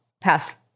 pass